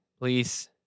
Please